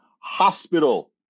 hospital